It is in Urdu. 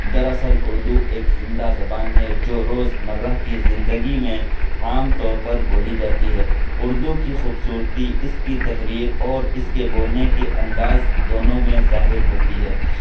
در اصل اردو ایک زندہ زبان ہے جو روز مرہ کی زندگی میں عام طور پر بولی جاتی ہے اردو کی خوبصورتی اس کی تحریر اور اس کے بولنے کے انداز دونوں میں ظاہر ہوتی ہے